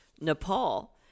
Nepal